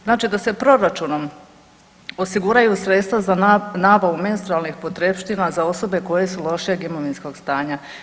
Znači da se proračunom osiguraju sredstva za nabavu menstrualnih potrepština za osobe koje su lošeg imovinskog stanja.